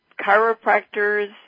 Chiropractors